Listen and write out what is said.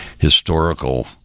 historical